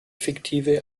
fiktive